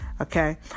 Okay